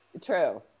True